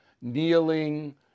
kneeling